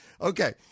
Okay